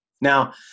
Now